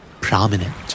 Prominent